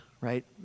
right